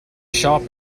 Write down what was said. shop